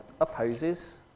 opposes